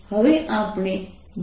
હવે આપણે ગણતરી કરવી પડશે